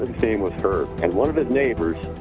name was herb and one of his neighbors,